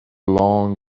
long